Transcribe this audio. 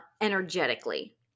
energetically